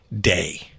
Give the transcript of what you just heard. day